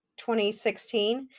2016